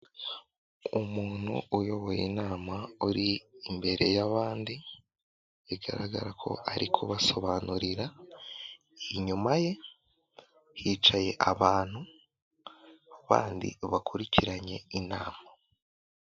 Umuntu uyoboye inama uri imbere y'abandi bigaragara ko ari kubasobanurira inyuma ye hicaye abantu bandi bakurikiranye inama.